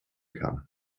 kann